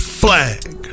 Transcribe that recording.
flag